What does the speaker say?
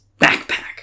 backpack